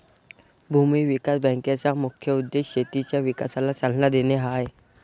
भूमी विकास बँकेचा मुख्य उद्देश शेतीच्या विकासाला चालना देणे हा आहे